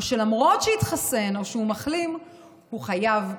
או שלמרות שהתחסן או שהוא מחלים הוא חייב בבידוד.